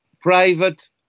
private